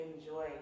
enjoy